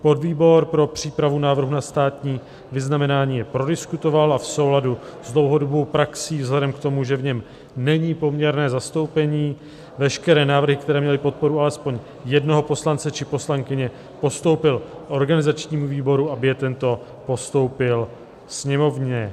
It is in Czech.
Podvýbor pro přípravu návrhu na státní vyznamenání je prodiskutoval a v souladu s dlouhodobou praxí, vzhledem k tomu, že v něm není poměrné zastoupení, veškeré návrhy, které měly podporu alespoň jednoho poslance či poslankyně, postoupil organizačnímu výboru, aby je tento postoupil Sněmovně.